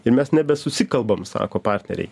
ir mes nebesusikalbam sako partneriai